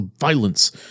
violence